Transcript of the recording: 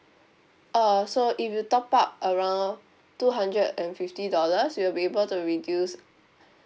uh so if you top up around two hundred and fifty dollars we will be able to reduce